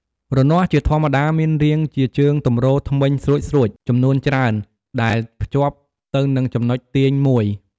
រនាស់ ជាធម្មតាមានរាងជាជើងទម្រធ្មេញស្រួចៗ ចំនួនច្រើន ដែលភ្ជាប់ទៅនឹងចំណុចទាញមួយ។